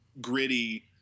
gritty